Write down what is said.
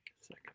Second